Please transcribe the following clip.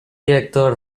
director